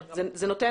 בוקר